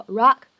rock